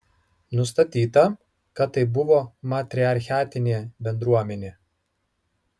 nustatyta kad tai buvo matriarchatinė bendruomenė